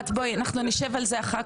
אין בעיה,